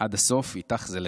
עד הסוף, איתך זה לתמיד.